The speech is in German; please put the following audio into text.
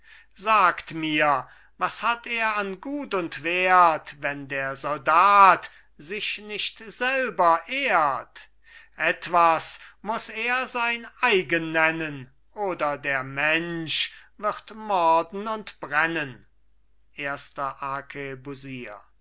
sagt mir was hat er an gut und wert wenn der soldat sich nicht selber ehrt etwas muß er sein eigen nennen oder der mensch wird morden und brennen erster